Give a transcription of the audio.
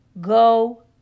Go